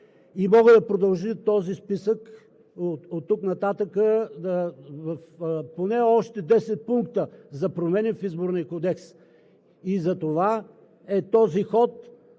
И мога да продължа този списък оттук нататък в поне още десет пункта – за промени в Изборния кодекс. И затова е този ход